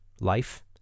Life